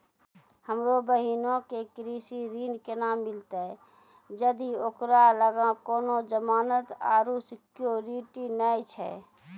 हमरो बहिनो के कृषि ऋण केना मिलतै जदि ओकरा लगां कोनो जमानत आरु सिक्योरिटी नै छै?